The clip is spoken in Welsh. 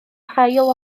hail